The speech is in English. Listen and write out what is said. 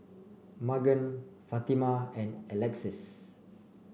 Magan Fatima and Alexis